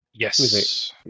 Yes